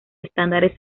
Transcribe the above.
estándares